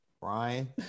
Brian